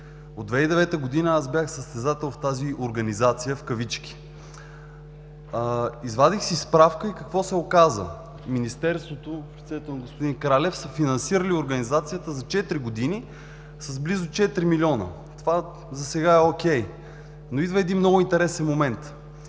от 2009 г. аз бях състезател в тази „организация“. Извадих си справка и какво се оказа: министерството в лицето на господин Кралев е финансирало организацията за четири години с близо 4 милиона. Това засега е о’кей, но идва един много интересен момент: